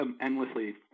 endlessly